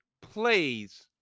Plays